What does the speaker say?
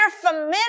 familiar